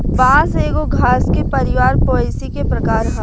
बांस एगो घास के परिवार पोएसी के प्रकार ह